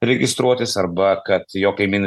registruotis arba kad jo kaimynai